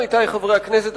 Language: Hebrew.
עמיתי חברי הכנסת,